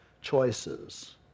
choices